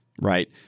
right